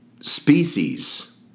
species